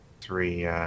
three